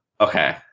Okay